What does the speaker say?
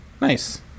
nice